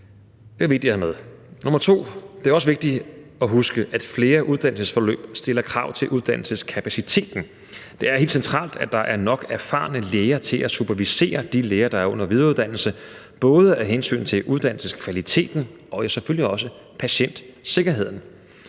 Det er vigtigt at have med. For det andet er det også vigtigt at huske, at flere uddannelsesforløb stiller krav til uddannelseskapaciteten. Det er helt centralt, at der er nok erfarne læger til at supervisere de læger, der er under videreuddannelse, både af hensyn til uddannelseskvaliteten, men selvfølgelig også patientsikkerheden.